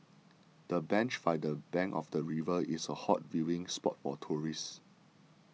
the bench by the bank of the river is a hot viewing spot for tourists